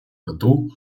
году